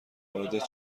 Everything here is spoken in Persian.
وارد